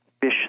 fish